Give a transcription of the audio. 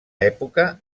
època